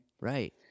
Right